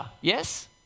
yes